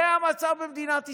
זה המצב במדינת ישראל.